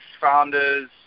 Founders